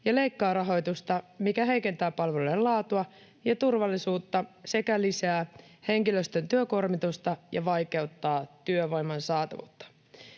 ja leikkaa rahoitusta, mikä heikentää palveluiden laatua ja turvallisuutta sekä lisää henkilöstön työkuormitusta ja vaikeuttaa työvoiman saatavuutta.